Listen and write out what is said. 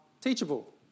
teachable